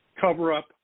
cover-up